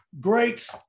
great